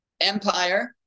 empire